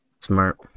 Smart